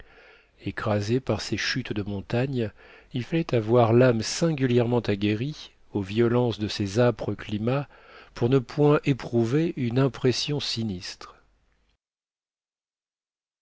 écrasé par ces chutes de montagnes il fallait avoir l'âme singulièrement aguerrie aux violences de ces âpres climats pour ne point éprouver une impression sinistre